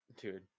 Dude